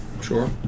Sure